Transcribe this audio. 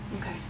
Okay